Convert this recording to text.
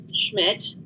Schmidt